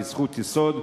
היא זכות יסוד,